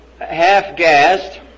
half-gassed